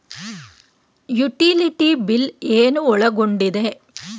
Utility bill ಏನು ಒಳಗೊಂಡಿದೆ?